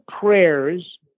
prayers